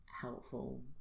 helpful